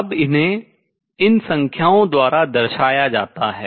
अब इन्हें इन संख्याओं द्वारा दर्शाया जाता है